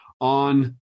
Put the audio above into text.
on